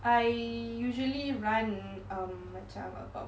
I usually run um macam about